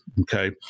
Okay